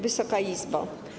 Wysoka Izbo!